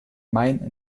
main